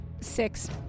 six